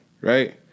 right